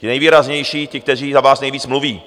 Ti nejvýraznější, ti, kteří za vás nejvíc mluví.